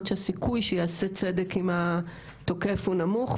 שהסיכוי שייעשה צדק עם התוקף הוא נמוך,